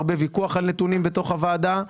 בהרבה ויכוחים על נתונים בתוך הוועדה,